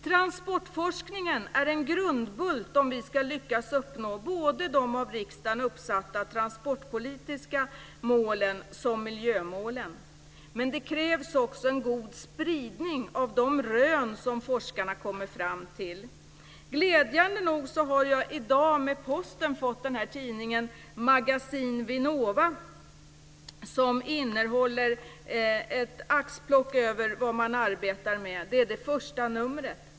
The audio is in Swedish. Transportforskningen är en grundbult om vi ska lyckas uppnå de av riksdagen uppsatta transportpolitiska målen såväl som miljömålen. Det krävs också en god spridning av de rön som forskarna kommer fram till. Glädjande nog har jag i dag med posten fått tidningen Magasin Vinnova. Den innehåller några axplock om vad verket jobbar med. Det är första numret.